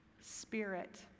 spirit